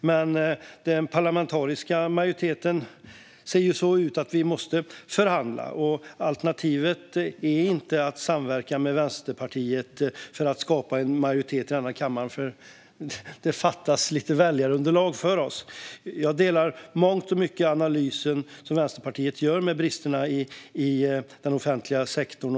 Men den parlamentariska majoriteten ser så ut att vi måste förhandla. Alternativet är inte att samverka med Vänsterpartiet för att skapa en majoritet i denna kammare, för det fattas lite väljarunderlag för oss. Jag delar i mångt och mycket den analys som Vänsterpartiet gör av bristerna i den offentliga sektorn.